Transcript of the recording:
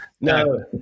No